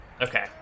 Okay